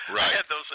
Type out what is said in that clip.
Right